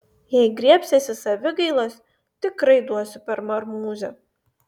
jei griebsiesi savigailos tikrai duosiu per marmūzę